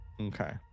Okay